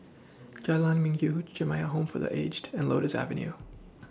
Jalan Minggu Jamiyah Home For The Aged and Lotus Avenue